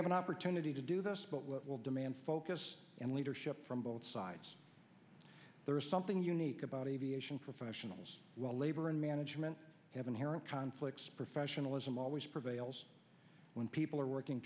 have an opportunity to do this but what will demand focus and leadership from both sides there is something unique about aviation professionals well labor and management have inherent conflicts professionalism always prevails when people are working